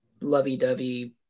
lovey-dovey